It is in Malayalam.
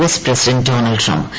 S president Donald Trump